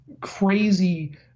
crazy